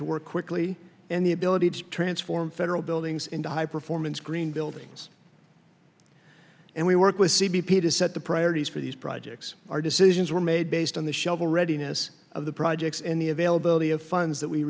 to work quickly and the ability to transform federal buildings into high performance green buildings and we work with c b p to set the priorities for these projects our decisions were made based on the shelf already ness of the projects and the availability of funds that we